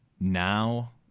now